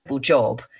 job